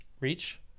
Reach